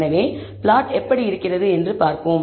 எனவே பிளாட் எப்படி இருக்கிறது என்று பார்ப்போம்